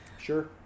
Sure